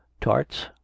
Tarts